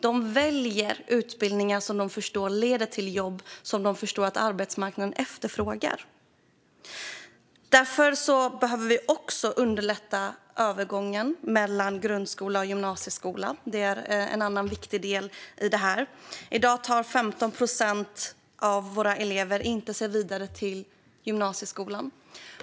De väljer utbildningar som de förstår leder till jobb och som arbetsmarknaden efterfrågar. Vi behöver därför underlätta övergången mellan grundskola och gymnasium. Det är en annan viktig del i detta. I dag tar 15 procent av eleverna sig inte vidare till gymnasieskolan.